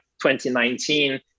2019